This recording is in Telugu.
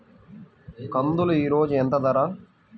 కందులు ఈరోజు ఎంత ధర?